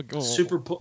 super